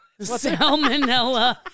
Salmonella